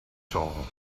soul